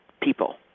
people